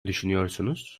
düşünüyorsunuz